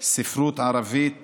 ספרות ערבית